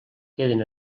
queden